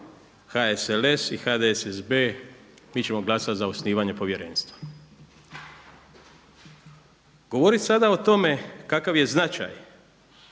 HSLS i HDSSB mi ćemo glasati za osnivanje povjerenstva. Govorit sada o tome kakav je značaj